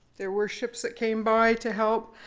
there were ships that came by to help.